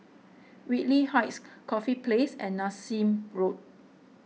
Whitley Heights Corfe Place and Nassim Road